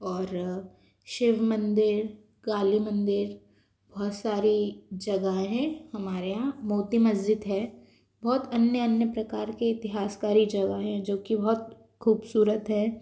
और शिव मंदिर काली मंदिर बहुत सारी जगह है हमारे यहाँ मोती मस्जिद है बहुत अन्य अन्य प्रकार के इतिहासकारी जगह है जो की बहुत खूबसूरत है